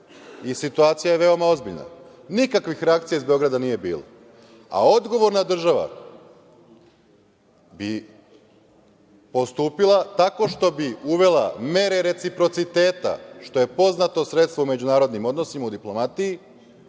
i situacija je veoma ozbiljna. Nikakvih reakcija iz Beograda nije bilo. Odgovorna država bi postupila tako što bi uvela mere reciprociteta, što je poznato sredstvo u međunarodnim odnosima u diplomatiji